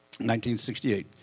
1968